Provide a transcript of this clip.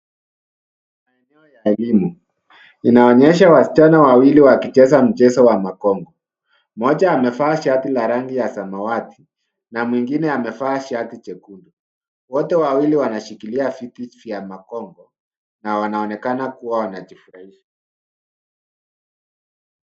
Maeneo ya elimu. Inaonyesha wasichana wawili wakicheza mchezo wa makogo. Mmoja amevaa shati la rangi ya samawati na mwingine amevaa shati chekundu. Wote wawili wanashikilia vijiti vya makogo na wanaonekana kuwa wanajifurahisha.